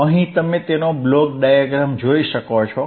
અહીં તમે તેનો બ્લોક ડાયાગ્રામ જોઈ શકો છો